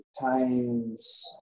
times